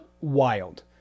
Wild